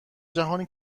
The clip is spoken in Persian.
جهانی